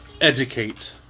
educate